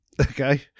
Okay